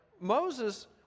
Moses